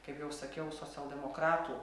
kaip jau sakiau socialdemokratų